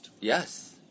Yes